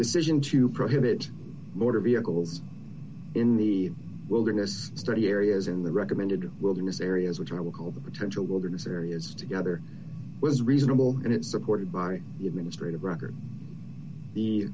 decision to prohibit motor vehicles in the wilderness study areas in the recommended wilderness areas which i will call the potential wilderness areas together was reasonable and it's supported by the administrative record the